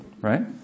right